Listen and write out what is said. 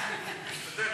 משתדל.